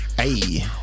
Hey